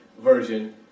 version